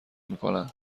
میکنند